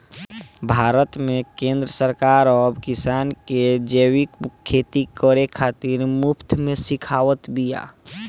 भारत में केंद्र सरकार अब किसान के जैविक खेती करे खातिर मुफ्त में सिखावत बिया